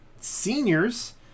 Seniors